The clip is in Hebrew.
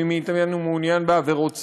מי מעוניין בעבירות סמים?